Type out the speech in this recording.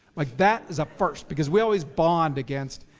like that is a first because we always bond against